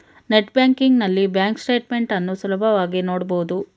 net banking ನಲ್ಲಿ bank statement ಅನ್ನು ಸುಲಭವಾಗಿ ನೋಡಬಹುದು